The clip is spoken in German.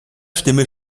stimme